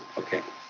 okay.